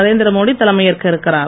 நரேந்திரமோடி தலைமையேற்க இருக்கிறார்